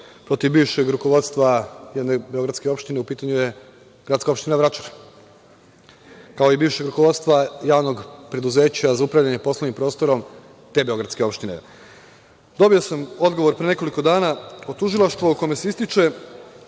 protiv bivšeg rukovodstva jedne beogradske opštine, u pitanju je GO Vračar, kao i bivšeg rukovodstva javnog preduzeća za upravljanje poslovnim prostorom te beogradske opštine. Dobio sam odgovor pre nekoliko dana od tužilaštva u kome se ističe